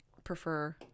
prefer